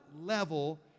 level